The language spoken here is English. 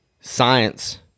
science